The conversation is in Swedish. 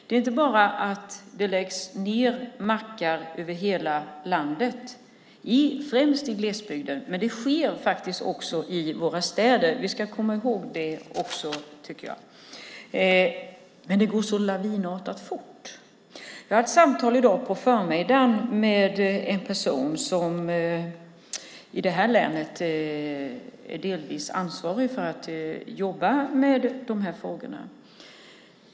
Det är inte bara fråga om att det läggs ned mackar över hela landet - främst i glesbygden - det sker faktiskt också i våra städer. Vi ska komma ihåg det också. Det går så lavinartat fort. Jag har haft samtal i dag på förmiddagen med en person som i det här länet är delvis ansvarig för dessa frågor.